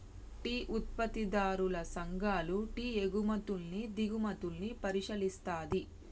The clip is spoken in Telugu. టీ ఉత్పత్తిదారుల సంఘాలు టీ ఎగుమతుల్ని దిగుమతుల్ని పరిశీలిస్తది